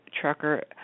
trucker